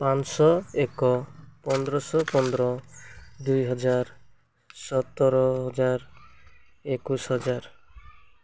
ପାଞ୍ଚଶହ ଏକ ପନ୍ଦରଶହ ପନ୍ଦର ଦୁଇହଜାର ସତର ହଜାର ଏକୋଇଶି ହଜାର